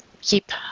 keep